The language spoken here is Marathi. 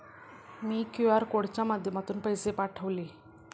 मी क्यू.आर कोडच्या माध्यमातून पैसे पाठवले